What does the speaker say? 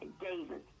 David